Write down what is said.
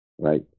right